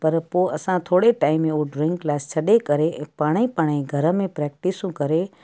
पर पोइ असां थोरे टाइम में उहो ड्रॉईंग क्लास छॾे करे पाणेई पाणेई घर में प्रेक्टिसूं करे